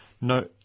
No